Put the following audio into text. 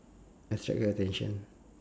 attract your attention